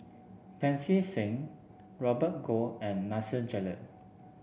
Pancy Seng Robert Goh and Nasir Jalil